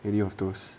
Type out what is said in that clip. any of those